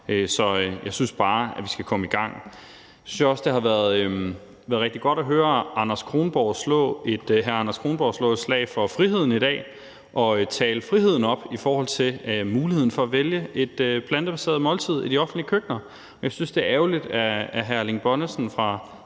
så jeg synes bare, at vi skal komme i gang. Jeg synes også, det har været rigtig godt at høre hr. Anders Kronborg slå et slag for friheden i dag og tale friheden op i forhold til muligheden for at vælge et plantebaseret måltid i de offentlige køkkener. Jeg synes, det er ærgerligt, at hr. Erling Bonnesen fra